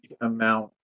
amount